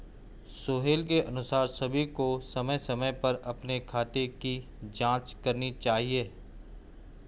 सोहेल के अनुसार सभी को समय समय पर अपने खाते की जांच करनी चाहिए